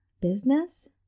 business